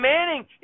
Manning